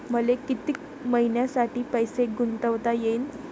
मले कितीक मईन्यासाठी पैसे गुंतवता येईन?